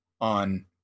on